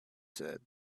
said